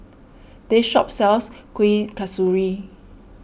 this shop sells Kuih Kasturi